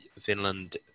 Finland